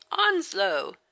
Onslow